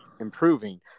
improving